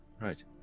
right